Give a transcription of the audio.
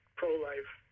pro-life